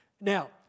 Now